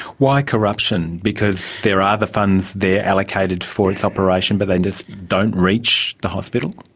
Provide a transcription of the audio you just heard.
why corruption? because there are the funds there allocated for its operation but they just don't reach the hospital?